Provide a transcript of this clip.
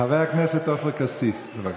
חבר הכנסת עופר כסיף, בבקשה.